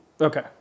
Okay